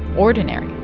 ordinary